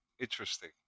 interesting